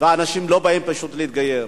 אנשים לא באים פשוט להתגייר.